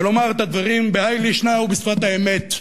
ולומר את הדברים בהאי לישנא ובשפת האמת.